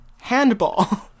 Handball